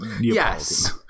Yes